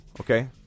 okay